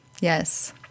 Yes